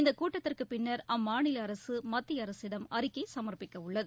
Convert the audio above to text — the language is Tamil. இந்த கூட்டத்திற்குப் பின்னர் அம்மாநில அரசு மத்திய அரசிடம் அறிக்கை சமா்ப்பிக்க உள்ளது